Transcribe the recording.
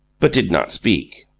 but did not speak.